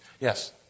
Yes